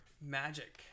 magic